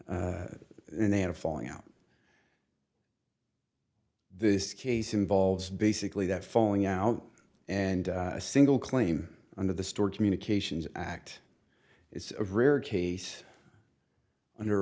and they had a falling out this case involves basically that falling out and a single claim under the store communications act is of rare case and